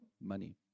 money